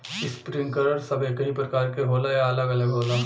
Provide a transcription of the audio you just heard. Sprinkler सब एकही प्रकार के होला या अलग अलग होला?